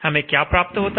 हमें क्या प्राप्त होता है